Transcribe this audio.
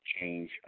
change